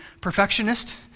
perfectionist